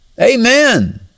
Amen